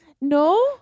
no